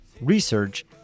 research